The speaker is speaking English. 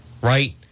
Right